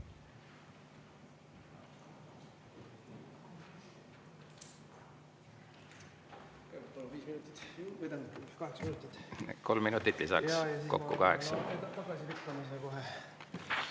Kolm minutit lisaks, kokku kaheksa